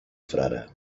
frare